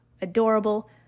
adorable